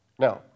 Now